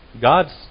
God's